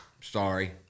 sorry